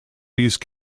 these